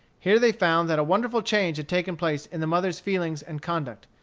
here they found that a wonderful change had taken place in the mother's feelings and conduct.